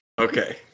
Okay